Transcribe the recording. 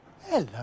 Hello